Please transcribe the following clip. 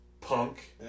Punk